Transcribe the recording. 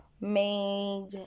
made